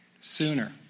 Sooner